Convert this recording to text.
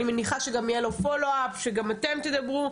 אני מניחה שגם יהיה לו פולו-אפ, שגם אתם תדברו.